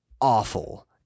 awful